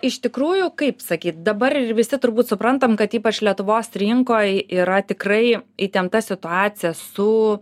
iš tikrųjų kaip sakyt dabar ir visi turbūt suprantam kad ypač lietuvos rinkoj yra tikrai įtempta situacija su